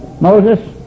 Moses